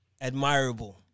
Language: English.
admirable